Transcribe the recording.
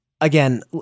again